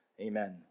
Amen